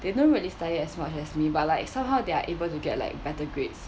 they don't really study as much as me but like somehow they are able to get like better grades